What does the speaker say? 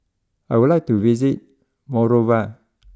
I would like to visit Monrovia